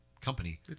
company